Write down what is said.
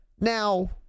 Now